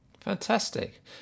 Fantastic